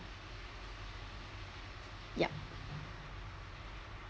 yup